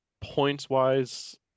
Points-wise